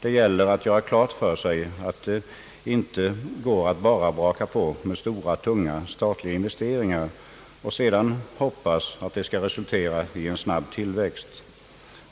Det gäller att göra klart för sig att det inte är möjligt att bara braka på med storas och tunga statliga investeringar och sedan hoppas att dessa skall resultera i en snabb tillväxt.